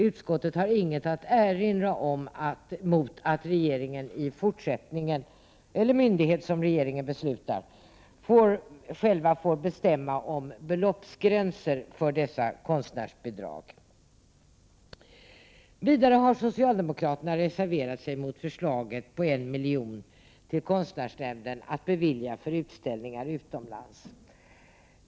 Utskottet har ingenting att erinra mot att regeringen eller myndighet som regeringen beslutar i fortsättningen får rätt att besluta om beloppsgränser för dessa konstnärsbidrag. Vidare har socialdemokraterna reserverat sig mot förslaget att ge 1 milj.kr. till konstnärsnämnden, att bevilja för utställningar utomlands.